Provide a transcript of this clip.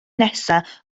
nesaf